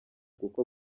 kuko